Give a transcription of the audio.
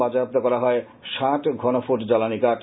বাজেয়াপ্ত করা হয় ষাট ঘন ফুট জ্বালানি কাঠ